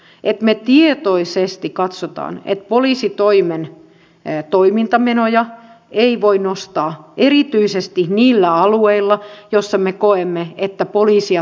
esimerkiksi tämä lausunto osoittaa että pienen ohikiitävän hetken myös vihreä poliitikko voi kuvitella olevansa ihan tavallinen kuolevainen inhimillisine puutteineen ja virheineen